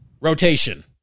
Rotation